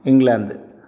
England